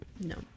No